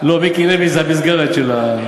עד כדי